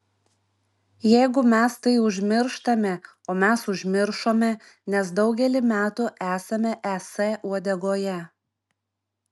jeigu mes tai užmirštame o mes užmiršome nes daugelį metų esame es uodegoje